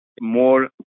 more